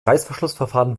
reißverschlussverfahren